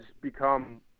become